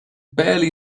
barely